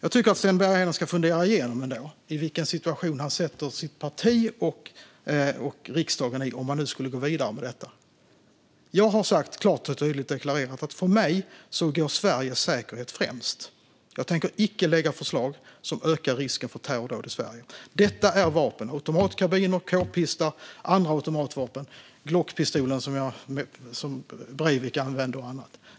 Sten Bergheden ska nog ändå fundera igenom vilken situation han sätter sitt parti och riksdagen i om han går vidare med detta. Jag har klart och tydligt deklarerat att för mig kommer Sveriges säkerhet först. Jag tänker icke lägga fram förslag som ökar risken för terrordåd i Sverige. Det handlar om automatkarbiner, k-pistar och andra automatvapen - bland annat Glockpistol, som Breivik använde.